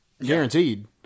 guaranteed